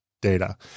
data